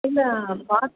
இல்லை பாக்